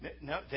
No